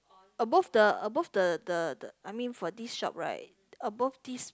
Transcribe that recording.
above the above the the the I mean for this shop right above this